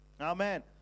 Amen